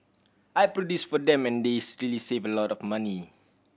I produce for them and this really save a lot of money